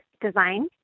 design